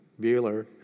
Bueller